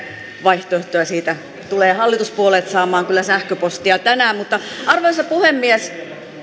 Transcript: vaihtoehtoja siitä hallituspuolueet tulevat kyllä saamaan sähköpostia tänään mutta arvoisa puhemies